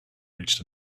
reached